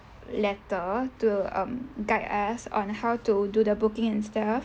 letter to um guide us on how to do the booking and stuff